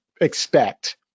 expect